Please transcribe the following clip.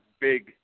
big